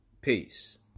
Peace